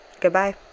Goodbye